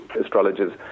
astrologers